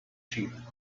shape